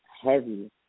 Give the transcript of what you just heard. heavy